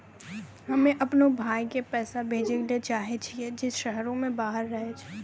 हम्मे अपनो भाय के पैसा भेजै ले चाहै छियै जे शहरो से बाहर रहै छै